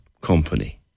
company